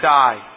die